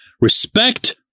Respect